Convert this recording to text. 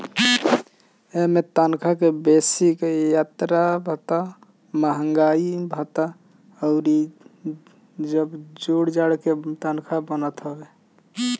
इमें तनखा के बेसिक, यात्रा भत्ता, महंगाई भत्ता अउरी जब जोड़ जाड़ के तनखा बनत हवे